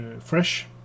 fresh